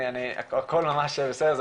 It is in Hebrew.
הכל ממש בסדר,